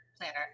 planner